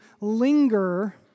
linger